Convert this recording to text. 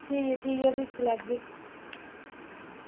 ठीक ऐ ठीक ऐ भी दिक्खी लैगी